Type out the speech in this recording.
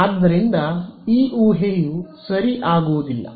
ಆದ್ದರಿಂದ ಈ ಊಹೆಯು ಸರಿ ಆಗುವುದಿಲ್ಲ